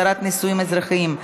התרת נישואין אזרחיים),